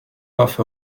off